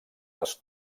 les